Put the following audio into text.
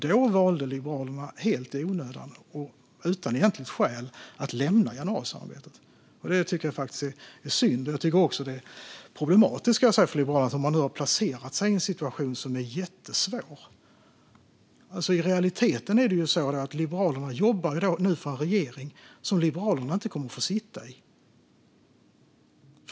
Då valde Liberalerna, helt i onödan och utan egentligt skäl, att lämna januarisamarbetet. Det tycker jag faktiskt är synd. Jag tycker också att det är problematiskt för Liberalerna att man nu har placerat sig i en situation som är jättesvår. I realiteten jobbar Liberalerna nu för en regering som Liberalerna inte kommer att få sitta i.